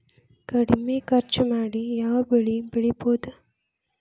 ಕಡಮಿ ಖರ್ಚ ಮಾಡಿ ಯಾವ್ ಬೆಳಿ ಬೆಳಿಬೋದ್?